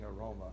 aroma